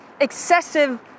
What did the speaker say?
excessive